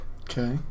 Okay